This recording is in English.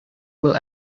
will